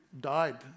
died